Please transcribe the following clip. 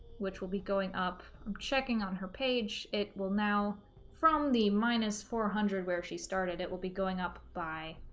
which will be going up i'm checking on her page it will now from the minus four hundred where she started it will be going up by